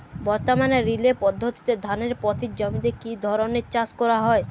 বর্তমানে রিলে পদ্ধতিতে ধানের পতিত জমিতে কী ধরনের চাষ করা হয়?